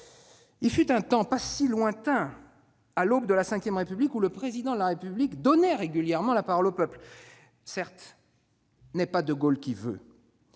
Il fut un temps, pas si lointain, à l'aube de la Ve République, où le Président de la République donnait régulièrement la parole au peuple. Certes, n'est pas de Gaulle qui veut